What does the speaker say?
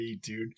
dude